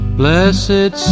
blessed